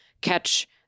catch